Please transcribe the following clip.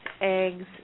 eggs